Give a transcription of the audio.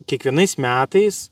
kiekvienais metais